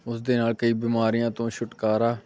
ਉਸਦੇ ਨਾਲ ਕਈ ਬਿਮਾਰੀਆਂ ਤੋਂ ਛੁਟਕਾਰਾ